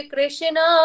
Krishna